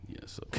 Yes